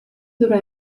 dovrà